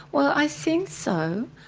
well i think so.